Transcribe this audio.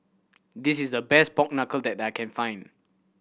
this is the best pork knuckle that I can find